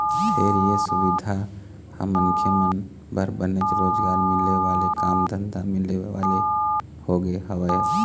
फेर ये सुबिधा ह मनखे मन बर बनेच रोजगार मिले वाले काम धंधा मिले वाले होगे हवय